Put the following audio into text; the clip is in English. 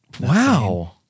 Wow